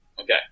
Okay